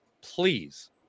please